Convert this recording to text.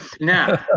now